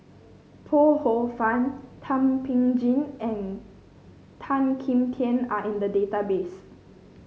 Ho Poh Fun Thum Ping Tjin and Tan Kim Tian are in the database